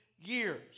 years